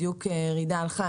בדיוק ג'ידא הלכה,